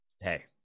hey